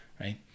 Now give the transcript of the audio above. right